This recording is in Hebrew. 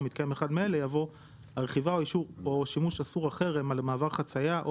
ומתקיים אחד מאלה" יבוא "הרכיבה או שימוש אסור אחר הם על מעבר חציה או